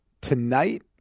tonight